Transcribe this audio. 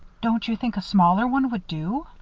don't you think a smaller one would do?